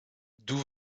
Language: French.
d’où